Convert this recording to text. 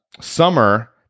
Summer